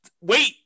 Wait